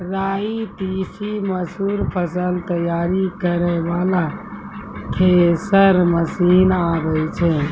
राई तीसी मसूर फसल तैयारी करै वाला थेसर मसीन आबै छै?